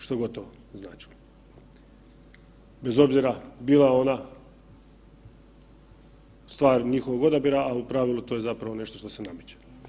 Što god to značilo, bez obzira bila ona stvar njihovog odabira, al u pravilu to je zapravo nešto što se nameće.